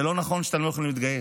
זה לא נכון שאתם לא יכולים להתגייס.